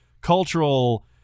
cultural